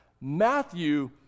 Matthew